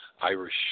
Irish